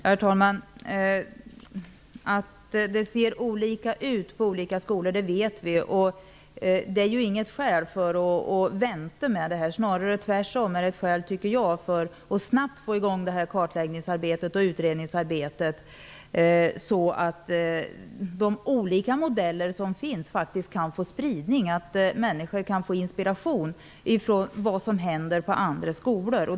Herr talman! Vi vet att det ser olika ut i olika skolor. Det är inte något skäl för att vänta med arbetet, snarare tvärtom. Jag tycker att det är ett skäl för att snabbt få igång kartläggningsarbetet och utredningsarbetet, så att de olika modeller som finns kan få spridning och människor få inspiration av vad som händer i andra skolor.